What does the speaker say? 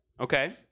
Okay